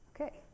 Okay